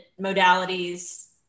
modalities